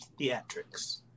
theatrics